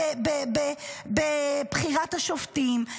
בחירת השופטים,